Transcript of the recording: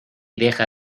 deja